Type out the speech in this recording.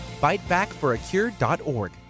bitebackforacure.org